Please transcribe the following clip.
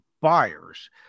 buyers